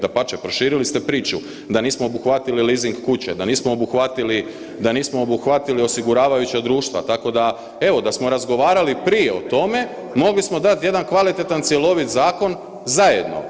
Dapače, proširili ste priču da nismo obuhvatili leasing kuće, da nismo obuhvatili osiguravajuća društva, tako da, evo da smo razgovarali prije o tome, mogli smo dati jedan kvalitetan cjelovit zakon zajedno.